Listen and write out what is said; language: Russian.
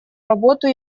работу